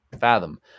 fathom